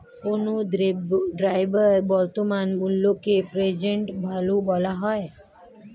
কোনো দ্রব্যের বর্তমান মূল্যকে প্রেজেন্ট ভ্যালু বলা হয়